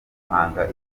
guhanga